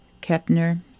Kettner